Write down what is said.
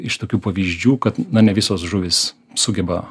iš tokių pavyzdžių kad na ne visos žuvys sugeba